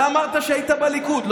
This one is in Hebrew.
אתה אמרת שהיית בליכוד,